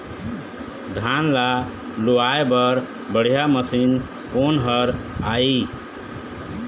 धान ला लुआय बर बढ़िया मशीन कोन हर आइ?